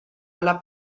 alla